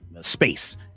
space